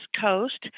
Coast